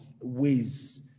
ways